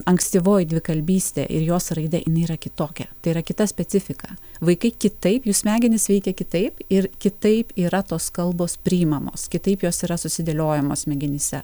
ankstyvoji dvikalbystė ir jos raida inai yra kitokia tai yra kita specifika vaikai kitaip jų smegenys veikia kitaip ir kitaip yra tos kalbos priimamos kitaip jos yra susidėliojamos smegenyse